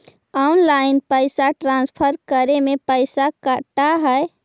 Online पैसा transfer करे में पैसा कटा है?